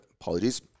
Apologies